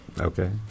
Okay